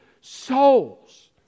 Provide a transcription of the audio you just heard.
souls